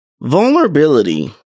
Vulnerability